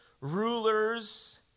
rulers